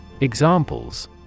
Examples